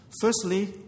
Firstly